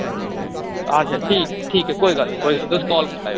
अच्छा ठीक ऐ ठीक ऐ कोई गल्ल नेईं कोई गल्ल नेईं तुस कॉल करी लैयो